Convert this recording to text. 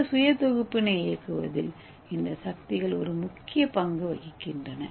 இந்த சுய தொகுப்பினை இயக்குவதில் இந்த சக்திகள் ஒரு முக்கிய பங்கு வகிக்கின்றன